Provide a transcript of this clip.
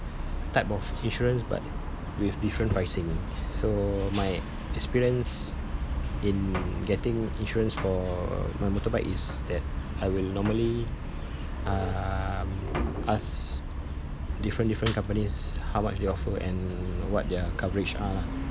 type of insurance but with different pricing so my experience in getting insurance for my motorbike is that I will normally um ask different different companies how much they offer and what their coverage are lah